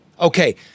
Okay